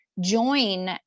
join